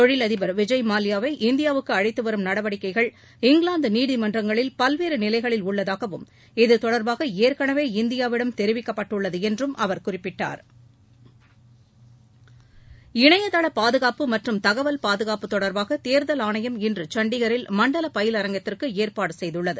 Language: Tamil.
தொழிலதிபர் விஜய் மல்லைய்யாவை இந்தியாவுக்கு அழழத்து வரும் நடவடிக்கைகள் இங்கிலாந்து நீதிமன்றங்களில் பல்வேறு நிலைகளில் உள்ளதாகவும் இதுதொடர்பாக ஏற்கெளவே இந்தியாவிடம் தெரிவிக்கப்பட்டுள்ளது என்றும் அவர் குறிப்பிட்டார் இணையதள பாதுகாப்பு மற்றும் தகவல் பாதுகாப்பு தொடர்பாக தேர்தல் ஆணையம் இன்று சண்டிகரில் மண்டல பயிலரங்கத்திற்கு ஏற்பாடு செய்துள்ளது